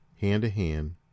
hand-to-hand